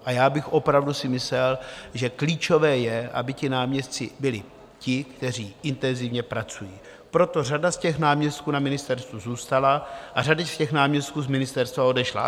A já bych si opravdu myslel, že klíčové je, aby ti náměstci byli ti, kteří intenzivně pracují, proto řada náměstků na ministerstvu zůstala a řada náměstků z ministerstva odešla.